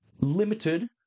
limited